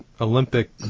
Olympic